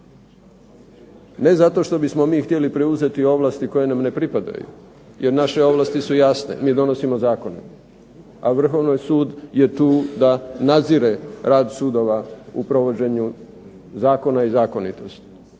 Ne zato što bismo mi htjeli preuzeti ovlasti koje nam ne pripadaju, jer naše ovlasti su jasne, mi donosimo Zakone a Vrhovni sud je tu da nadzire rad sudova u provođenju zakona i zakonitosti,